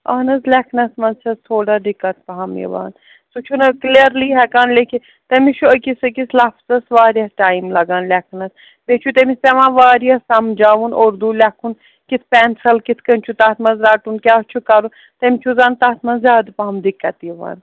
اَہن حظ لیکھنَس منٛز چھَس تھوڑا دِقت پَہَم یِوان سُہ چھُ نہٕ حظ کٕلیرلی ہٮ۪کان لیکِتھ تٔمِس چھُ أکِس أکِس لفظَس واریاہ ٹایِم لَگان لیکھنَس بیٚیہِ چھُ تٔمِس پٮ۪وان واریاہ سَمجاوُن اردوٗ لیکھُن کہِ پٮ۪نسَل کِتھ کَنۍ چھُ تَتھ منٛز رَٹُن کیٛاہ چھُ کرُن تٔمِس چھُ زَنہٕ تَتھ منٛز زیادٕ پَہَم دِقت یِوان